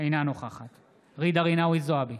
אינה נוכחת ג'ידא רינאוי זועבי,